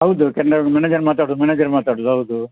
ಹೌದು ಕೆನ್ರ ಮೇನೇಜರ್ ಮಾತಾಡೂದು ಮೇನೇಜರ್ ಮಾತಾಡೋದು ಹೌದು